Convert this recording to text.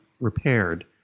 repaired